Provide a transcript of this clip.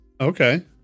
Okay